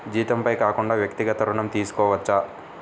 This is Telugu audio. జీతంపై కాకుండా వ్యక్తిగత ఋణం తీసుకోవచ్చా?